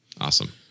awesome